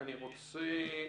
אני רוצה,